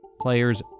Players